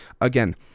Again